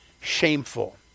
shameful